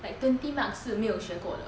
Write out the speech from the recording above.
like twenty marks 是没有学过的